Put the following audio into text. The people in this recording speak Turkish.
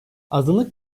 azınlık